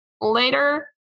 later